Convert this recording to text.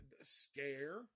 scare